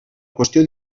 qüestió